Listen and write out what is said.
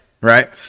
right